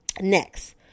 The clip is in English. next